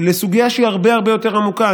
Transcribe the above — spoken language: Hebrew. לסוגיה שהיא הרבה הרבה הרבה יותר עמוקה.